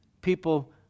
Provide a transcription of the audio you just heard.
people